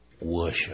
worship